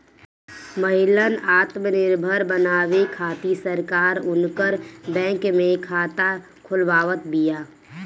महिलन आत्मनिर्भर बनावे खातिर सरकार उनकर बैंक में खाता खोलवावत बिया